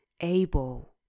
able